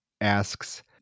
asks